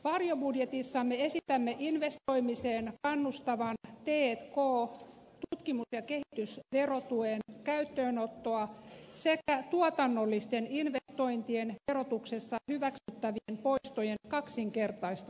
varjobudjetissamme esitämme investoimiseen kannustavan t k eli tutkimus ja kehitysverotuen käyttöönottoa sekä tuotannollisten investointien verotuksessa hyväksyttävien poistojen kaksinkertaistamista